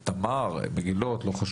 מועצת תמר ומועצת